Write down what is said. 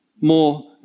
more